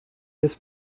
this